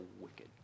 wicked